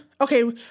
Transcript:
okay